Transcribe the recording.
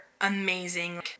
amazing